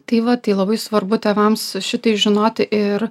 tai va tai labai svarbu tėvams šitai žinoti ir